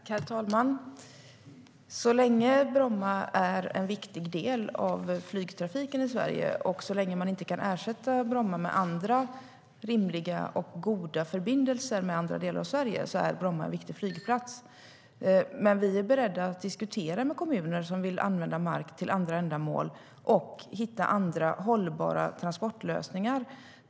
Herr talman! Så länge Bromma är en viktig del av flygtrafiken i Sverige och inte kan ersättas med andra rimliga och goda förbindelser med andra delar av Sverige är det en viktig flygplats. Vi är dock beredda att diskutera med kommuner som är beredda att använda mark till andra ändamål och hitta andra hållbara transportlösningar.